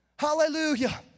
Hallelujah